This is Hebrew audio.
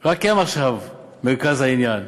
רק הם עכשיו מרכז העניין.